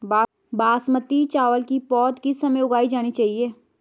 बासमती चावल की पौध किस समय उगाई जानी चाहिये?